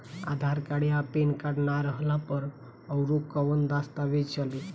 आधार card आ PAN card ना रहला पर अउरकवन दस्तावेज चली?